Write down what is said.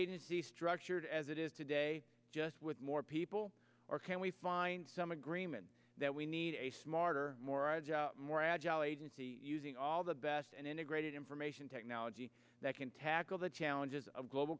see structured as it is today just with more people or can we find some agreement that we need a smarter more i more agile agency using all the best and integrated information technology that can tackle the challenges of global